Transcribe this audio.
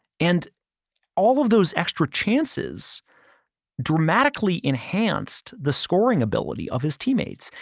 and all of those extra chances dramatically enhanced the scoring ability of his teammates.